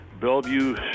Bellevue